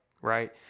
Right